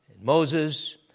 Moses